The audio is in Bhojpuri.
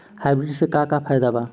हाइब्रिड से का का फायदा बा?